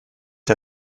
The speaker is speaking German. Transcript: der